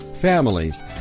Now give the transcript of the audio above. families